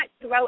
throw